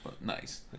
Nice